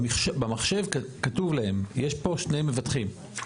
במחשב כתוב להם שיש פה שני מבטחים,